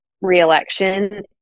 re-election